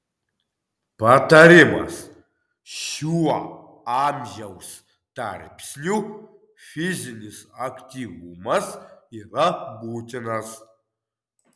patarimas šiuo amžiaus tarpsniu fizinis aktyvumas yra būtinas